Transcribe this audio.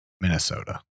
minnesota